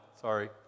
Sorry